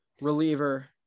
reliever